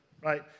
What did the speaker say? right